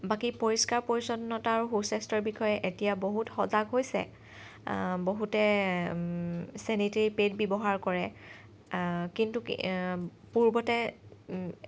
বাকী পৰিষ্কাৰ পৰিচ্ছন্নতা ও সু স্বাস্থ্যৰ বিষয়ে এতিয়া বহুত সজাগ হৈছে বহুতে চেনিটেৰি পেড ব্যৱহাৰ কৰে কিন্তু পূৰ্বতে